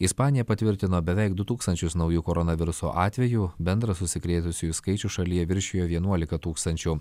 ispanija patvirtino beveik du tūkstančius naujų koronaviruso atvejų bendras užsikrėtusiųjų skaičius šalyje viršijo vienuolika tūkstančių